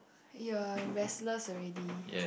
you are restless already